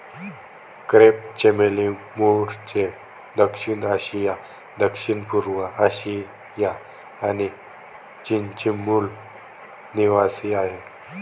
crepe चमेली मूळचे दक्षिण आशिया, दक्षिणपूर्व आशिया आणि चीनचे मूल निवासीआहे